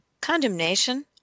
condemnation